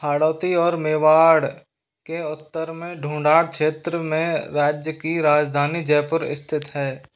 हाड़ौती और मेवाड़ के उत्तर में ढूंढार क्षेत्र में राज्य की राजधानी जयपुर स्थित है